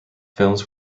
films